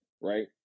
right